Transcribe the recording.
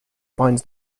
binds